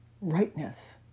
rightness